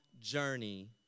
journey